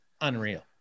unreal